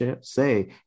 say